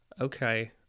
okay